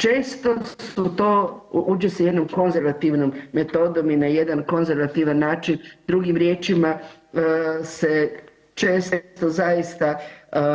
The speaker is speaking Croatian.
Često su to, uđe se jednom konzervativnom metodom i na jedan konzervativan način, drugim riječima se često zaista